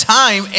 time